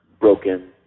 broken